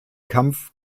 kampf